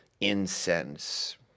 incense